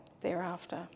thereafter